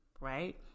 right